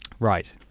Right